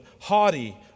haughty